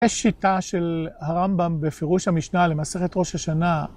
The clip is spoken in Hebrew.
יש שיטה של הרמב״ם בפירוש המשנה למסכת ראש השנה.